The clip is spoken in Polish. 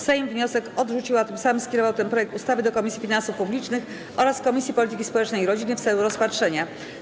Sejm wniosek odrzucił, a tym samym skierował ten projekt ustawy do Komisji Finansów Publicznych oraz Komisji Polityki Społecznej i Rodziny w celu rozpatrzenia.